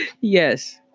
Yes